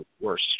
worse